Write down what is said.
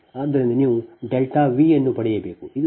ಆದ್ದರಿಂದ ನೀವು ΔV ಅನ್ನು ಪಡೆಯಬೇಕು